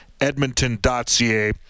edmonton.ca